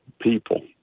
people